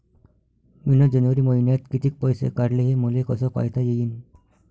मिन जनवरी मईन्यात कितीक पैसे काढले, हे मले कस पायता येईन?